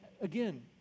again